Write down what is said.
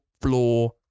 floor